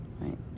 right